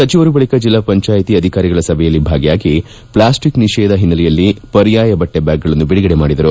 ಸಚಿವರು ಬಳಿಕ ಜಿಲ್ಲಾ ಪಂಚಾಯಿತಿ ಅಧಿಕಾರಿಗಳ ಸಭೆಯಲ್ಲಿ ಭಾಗಿಯಾಗಿ ಪ್ರಾಸ್ಟಿಕ್ ನಿಷೇಧ ಹಿನ್ನಲೆಯಲ್ಲಿ ಪರ್ಯಾಯ ಬಟ್ಟೆ ಬ್ಯಾಗ್ಗಳನ್ನು ಬಿಡುಗಡೆ ಮಾಡಿದರು